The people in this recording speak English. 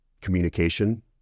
communication